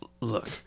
look